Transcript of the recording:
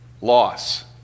loss